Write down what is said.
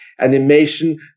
animation